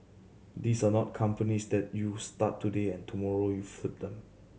these are not companies that you start today and tomorrow you flip them